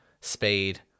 speed